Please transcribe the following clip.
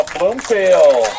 Bloomfield